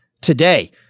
today